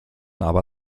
aber